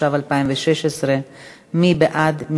התשע"ו 2016. מי בעד?